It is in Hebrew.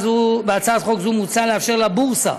בהצעת חוק זו מוצע לאפשר לבורסה